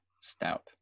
stout